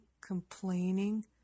complaining